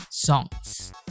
songs